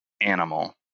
animal